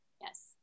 Yes